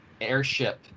airship